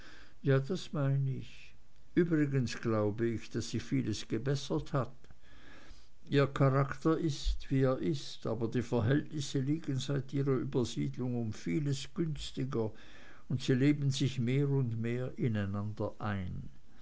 ja das meine ich übrigens glaube ich daß sich vieles gebessert hat ihr charakter ist wie er ist aber die verhältnisse liegen seit ihrer übersiedlung um vieles günstiger und sie leben sich mehr und mehr ineinander ein